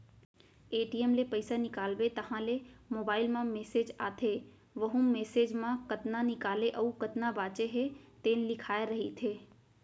ATM ले पइसा निकालबे तहाँ ले मोबाईल म मेसेज आथे वहूँ मेसेज म कतना निकाले अउ कतना बाचे हे तेन लिखाए रहिथे